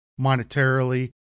monetarily